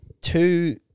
two